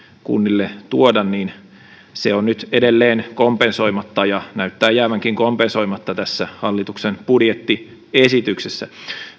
kunnille tuoda on nyt edelleen kompensoimatta ja näyttää jäävänkin kompensoimatta tässä hallituksen budjettiesityksessä